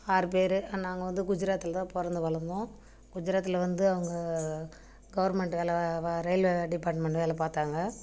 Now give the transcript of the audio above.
ஆறு பேர் நாங்கள் வந்து குஜராத்தில் தான் பிறந்து வளர்ந்தோம் குஜராத்தில் வந்து அவங்க கவுர்மெண்ட்டு வேலை ரயில்வே டிபார்ட்மெண்ட் வேலை பார்த்தாங்க